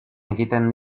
ekiten